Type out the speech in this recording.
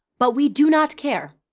but we do not care,